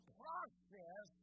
process